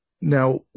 now